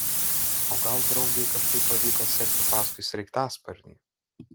o gal draugei kažkaip pavyko sekti paskui sraigtasparnį